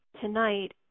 tonight